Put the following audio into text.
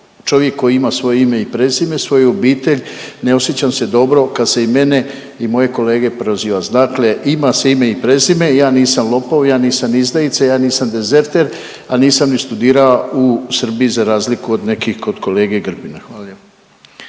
čovjek koji ima svoje ime i prezime, svoju obitelj ne osjećam se dobro kad se i mene i moje kolege proziva. Dakle, ima se ime i prezime, ja nisam lopov, ja nisam izdajica, ja nisam dezerter, a nisam ni studirao u Srbiji za razliku od nekih kod kolege Grbina. Hvala